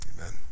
Amen